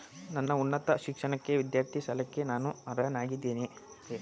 ನನ್ನ ಉನ್ನತ ಶಿಕ್ಷಣಕ್ಕಾಗಿ ವಿದ್ಯಾರ್ಥಿ ಸಾಲಕ್ಕೆ ನಾನು ಅರ್ಹನಾಗಿದ್ದೇನೆಯೇ?